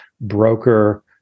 broker